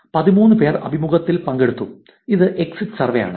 13 പേർ അഭിമുഖത്തിൽ പങ്കെടുത്തു ഇത് എക്സിറ്റ് സർവേയാണ്